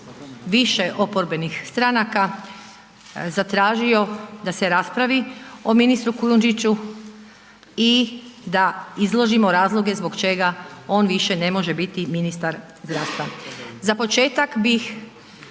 više oporbenih stranaka zatražio da se raspravi o ministru Kujundžiću i da izložimo razloge zbog čega on više ne može biti ministar zdravstva. Za početak bih